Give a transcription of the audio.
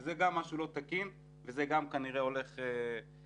זה גם משהו לא תקין וזה גם כנראה הולך להשתנות.